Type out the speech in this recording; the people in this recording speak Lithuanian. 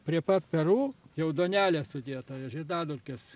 prie pat perų jau duonelė sudieta žiedadulkės